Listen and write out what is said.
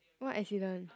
what accident